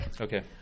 Okay